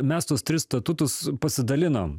mes tuos tris statutus pasidalinom